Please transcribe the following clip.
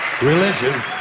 Religion